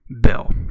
bill